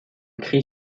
cri